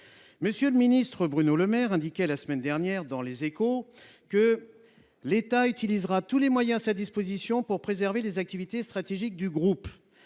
M. le ministre Bruno Le Maire a indiqué la semaine dernière dans que l’État « utilisera tous les moyens à sa disposition pour préserver les activités stratégiques » du groupe.